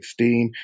2016